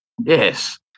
Yes